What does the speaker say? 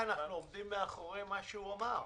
אין בעיה, אנחנו עומדים מאחורי מה שהוא אמר,